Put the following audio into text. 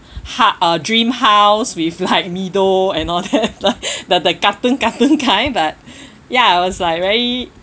hou~ a dream house with like meadow and all that like the cartoon cartoon kind but ya it was like very